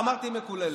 לא אמרתי מקוללת.